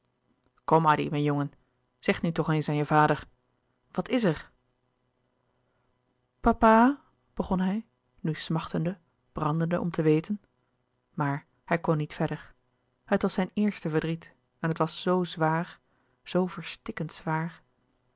kom addy mijn jongen zeg nu toch eens aan je vader wat is er papa begon hij nu smachtende brandende om te weten maar hij kon niet verder het was zijn eerste verdriet en het was zoo zwaar zoo verstikkend zwaar